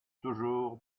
toujours